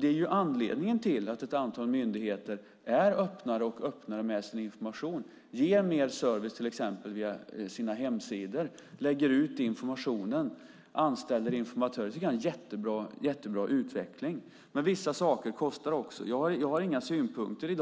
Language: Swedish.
Det är anledningen till att ett antal myndigheter är öppnare och öppnare med sin information, ger mer service till exempel via sina hemsidor, lägger ut informationen och anställer informatörer. Det tycker jag är en jättebra utveckling. Men vissa saker kostar också. Jag har i dag inga synpunkter